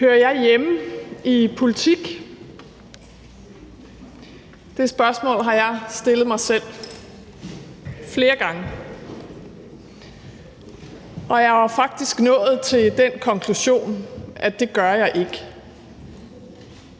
Hører jeg hjemme i politik? Det spørgsmål har jeg stillet mig selv flere gange, og jeg var faktisk nået til den konklusion, at det gør jeg ikke.